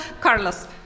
Carlos